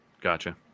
Gotcha